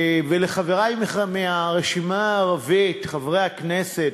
ולחברי מהרשימה הערבית, חברי הכנסת,